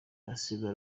gasigwa